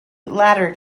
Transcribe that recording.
latter